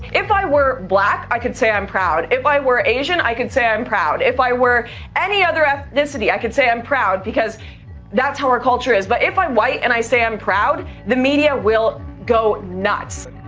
if i were black i could say i'm proud, if i were asian i could say i'm proud, if i were any other ethnicity i could say i'm proud, because that's how our culture is, but if i am white and i say i'm proud, the media will go nuts.